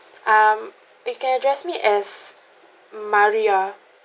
um you can address me as maria